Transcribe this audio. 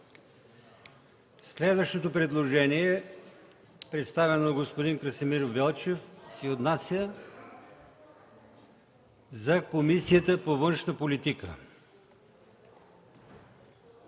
Следващото предложение – представено от господин Красимир Велчев, се отнася за Комисията по външна политика.